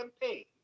campaign